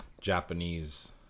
Japanese